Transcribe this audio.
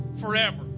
forever